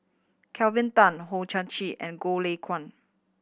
Kelvin Tan Hong Chang Chieh and Goh Lay Kuan